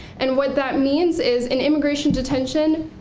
and what that means is in immigration detention,